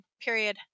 period